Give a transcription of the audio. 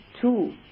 two